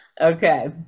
Okay